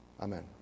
Amen